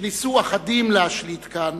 שניסו אחדים להשליט כאן,